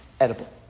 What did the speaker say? edible